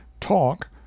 talk